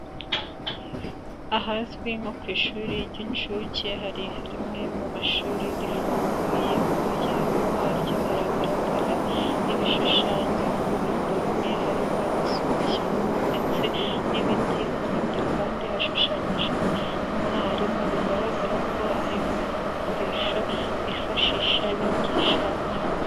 Ahazwi nko ku ishuri ry'incuke hari rimwe mu mashuri rifunguye, ku muryango waryo haragaragara ibishushanyo, ku ruhande rumwe hariho agasumbashyamba ndetse n'ibiti, ku rundi ruhande hashushanyijeho umwarimu bigaragara ko ari bimwe mu bikoresho bifashisha bigisha abana.